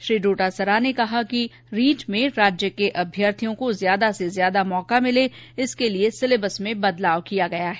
श्री डोटासरा ने कहा कि रीट में राज्य के अभ्यर्थियों को ज्यादा से ज्यादा मौका मिले इसके लिए सिलेबस में बदलाव किया गया है